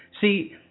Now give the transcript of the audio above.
See